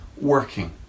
working